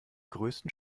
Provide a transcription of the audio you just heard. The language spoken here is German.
größten